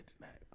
tonight